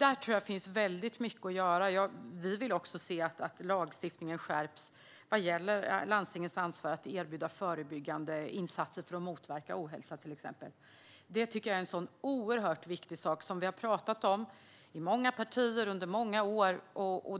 Jag tror att det finns väldigt mycket att göra där. Vi vill också att lagstiftningen ska skärpas vad gäller landstingens ansvar för att erbjuda förebyggande insatser för att motverka till exempel ohälsa. Det är en oerhört viktig sak som vi har pratat om i många partier under många år.